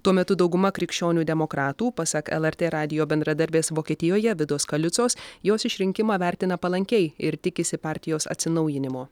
tuo metu dauguma krikščionių demokratų pasak lrt radijo bendradarbės vokietijoje vidos koliucos jos išrinkimą vertina palankiai ir tikisi partijos atsinaujinimo